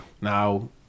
now